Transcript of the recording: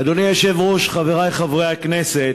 אדוני היושב-ראש, חברי חברי הכנסת,